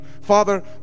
Father